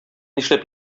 нишләп